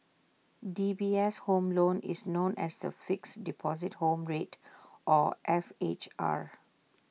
D B S home loan is known as the Fixed Deposit Home Rate or F H R